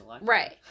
right